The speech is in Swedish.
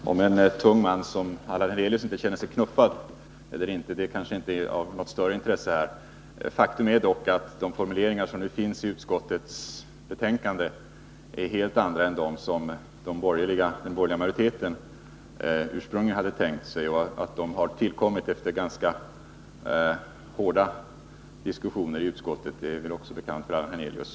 Herr talman! Om en tung man som Allan Hernelius känner sig knuffad eller inte är kanske inte av något större intresse i detta sammanhang. Faktum är dock att de formuleringar som finns i utskottets betänkande är helt andra än de som den borgerliga majoriteten ursprungligen hade tänkt sig. Att de dessutom har tillkommit efter ganska hårda diskussioner i utskottet är väl också bekant för Allan Hernelius.